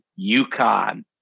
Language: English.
UConn